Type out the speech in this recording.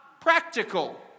practical